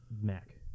Mac